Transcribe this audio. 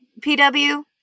PW